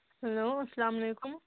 hello اسلام علیکُم